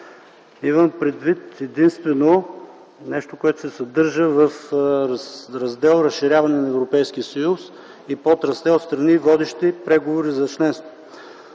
Имам предвид единствено нещо, което се съдържа в Раздел „Разширяване на Европейския съюз” и подраздел „Страни, водещи преговори за членство”.